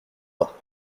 pas